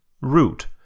Root